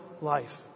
life